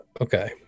Okay